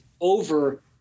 over